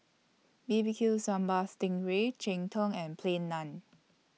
B B Q Sambal Sting Ray Cheng Tng and Plain Naan